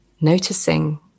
noticing